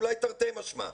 אולי תרתי משמע.